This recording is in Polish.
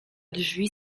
drzwi